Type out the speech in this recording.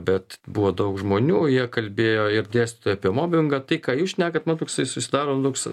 bet buvo daug žmonių jie kalbėjo ir dėstytojai apie mobingą tai ką jūs šnekat man toksai susidaro nu toks